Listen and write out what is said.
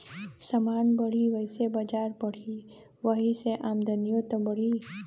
समान बढ़ी वैसे बजार बढ़ी, वही से आमदनिओ त बढ़ी